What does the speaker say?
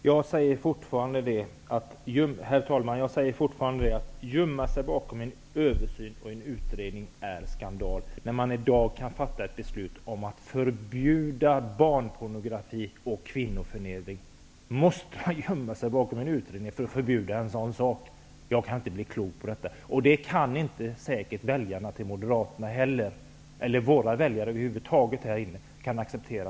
Herr talman! Det är skandal att gömma sig bakom en översyn och en utredning! Riksdagen kan i dag fatta ett beslut om att förbjuda barnpornografi och kvinnoförnedring! Måste man gömma sig bakom en utredning för att kunna förbjuda en sådan sak? Jag kan inte bli klok på detta. Det kan säkert inte heller moderaternas väljare. Det är över huvud taget något som alla våra väljare inte kan acceptera.